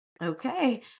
Okay